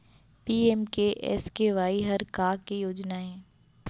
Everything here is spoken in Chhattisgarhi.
पी.एम.के.एस.वाई हर का के योजना हे?